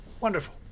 Wonderful